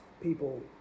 people